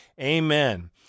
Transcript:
Amen